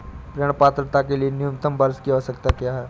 ऋण पात्रता के लिए न्यूनतम वर्ष की आवश्यकता क्या है?